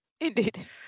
Indeed